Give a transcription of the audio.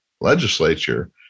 legislature